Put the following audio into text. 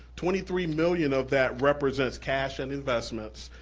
twenty three million of that represents cash and investments,